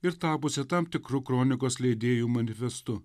ir tapusi tam tikru kronikos leidėjų manifestu